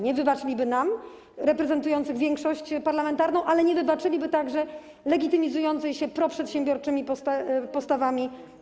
Nie wybaczyliby nam, reprezentującym większość parlamentarną, ale nie wybaczyliby także opozycji legitymizującej się proprzedsiębiorczymi postawami.